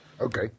Okay